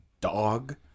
Dog